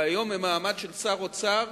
והיום, ממעמד של שר האוצר,